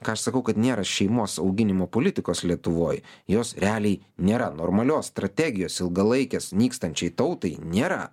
ką aš sakau kad nėra šeimos auginimo politikos lietuvoj jos realiai nėra normalios strategijos ilgalaikės nykstančiai tautai nėra